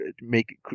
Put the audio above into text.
make